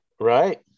Right